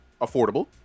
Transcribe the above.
affordable